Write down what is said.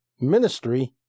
ministry